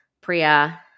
Priya